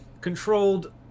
controlled